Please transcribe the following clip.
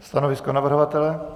Stanovisko navrhovatele?